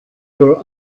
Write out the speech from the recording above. were